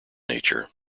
nature